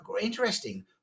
interesting